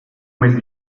mese